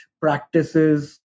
practices